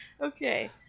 Okay